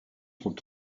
trente